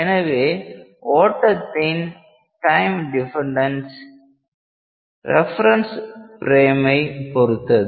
எனவே ஓட்டத்தின் time dependence reference ப்ரேமை பொருத்தது